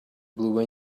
blue